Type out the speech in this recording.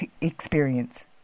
experience